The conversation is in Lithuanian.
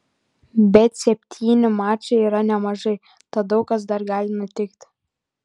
bet septyni mačai yra nemažai tad daug kas dar gali nutikti